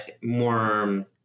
more